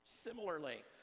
Similarly